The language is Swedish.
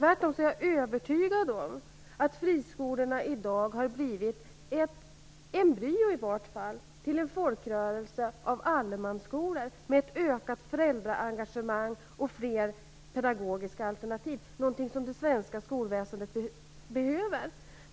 Tvärtom är jag övertygad om att friskolorna i dag har blivit ett embryo till en folkrörelse av allemansskolor med ett ökat föräldraengagemang och fler pedagogiska alternativ - någonting som det svenska skolväsendet behöver.